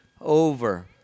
Over